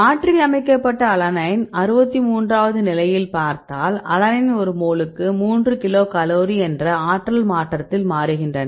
மாற்றியமைக்கப்பட்ட அலனைனை 63வது நிலையில் பார்த்தால் அலனைன் ஒரு மோலுக்கு 3 கிலோகலோரி என்ற ஆற்றல் மாற்றத்தில் மாறுகின்றன